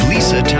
Lisa